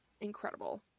incredible